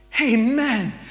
Amen